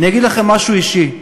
אגיד לכם משהו אישי: